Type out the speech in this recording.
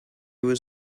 was